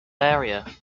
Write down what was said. area